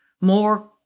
more